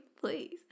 please